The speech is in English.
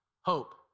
hope